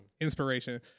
inspiration